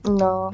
no